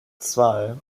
zwei